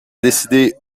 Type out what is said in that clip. décider